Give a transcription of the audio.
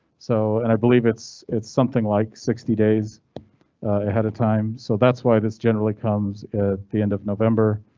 so, and i believe it's it's something like sixty days ahead of time, so that's why this generally comes at the end of november.